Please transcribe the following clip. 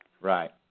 Right